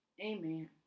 amen